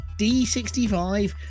D65